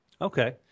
Okay